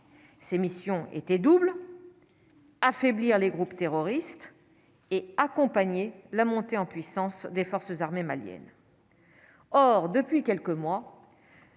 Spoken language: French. Ces missions étaient doubles affaiblir les groupes terroristes et accompagner la montée en puissance des forces armées maliennes, or depuis quelques mois.